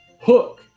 hook